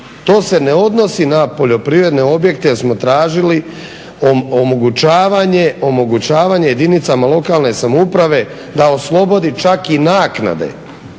To se ne odnosi na poljoprivredne objekte jer smo tražili omogućavanje jedinicama lokalne samouprave da oslobodi čak i naknade,